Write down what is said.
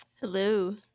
Hello